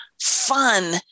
fun